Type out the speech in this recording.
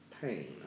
pain